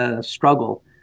struggle